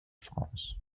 france